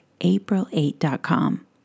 April8.com